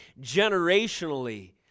generationally